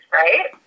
right